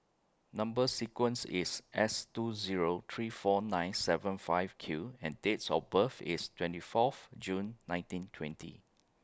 Number sequence IS S two Zero three four nine seven five Q and Dates of birth IS twenty forth June nineteen twenty